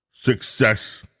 success